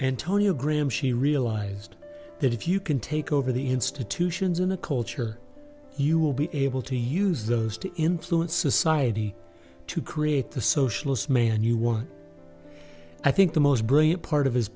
antonia graham she realized that if you can take over the institutions in a culture you will be able to use those to influence society to create the socialist man you want i think the most brilliant part of his